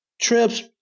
trips